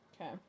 Okay